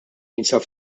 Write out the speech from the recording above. jinsab